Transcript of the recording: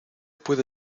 puede